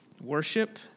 worship